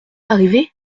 arrivé